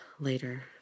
later